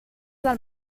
del